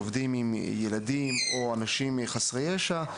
שעובדים עם ילדים או אנשים חסרי ישע,